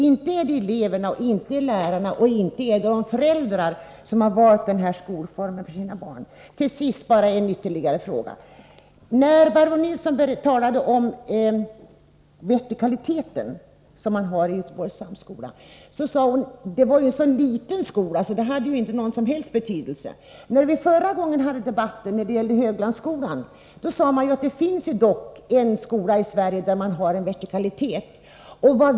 Det är inte eleverna, inte lärarna och inte de föräldrar som har valt denna skolform för sina barn. Till sist vill jag ta upp ytterligare en fråga. När Barbro Nilsson talade om vertikaliteten i Göteborgs högre samskola sade hon att det är en så liten skola att vertikaliteten inte har någon som helst betydelse. När vi hade debatten om Höglandsskolan sades det att det finns en skola i Sverige med en vertikal organisation.